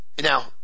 Now